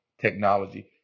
technology